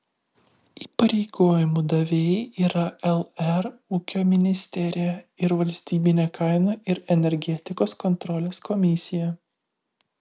įpareigojimų davėjai yra lr ūkio ministerija ir valstybinė kainų ir energetikos kontrolės komisija